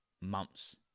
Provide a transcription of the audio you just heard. months